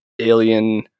alien